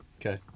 Okay